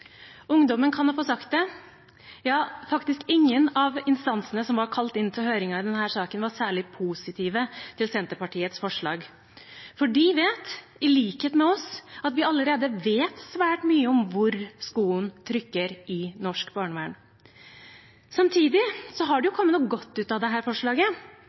Ungdommen kan få sagt det – ja, faktisk ingen av instansene som var kalt inn til høringen i denne saken, var særlig positive til Senterpartiets forslag, for de vet – i likhet med oss – at vi allerede vet svært mye om hvor skoen trykker i norsk barnevern. Samtidig har det kommet noe godt ut av dette forslaget.